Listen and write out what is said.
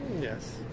Yes